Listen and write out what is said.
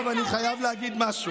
תגיד לי,